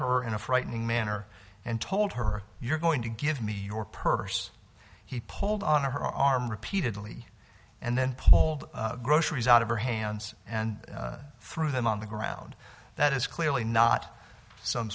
her in a frightening manner and told her you're going to give me your purse he pulled on her arm repeatedly and then pulled groceries out of her hands and threw them on the ground that is clearly not some